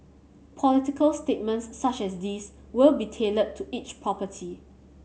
political statements such as these will be tailored to each property